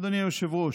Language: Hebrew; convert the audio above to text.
אדוני היושב-ראש,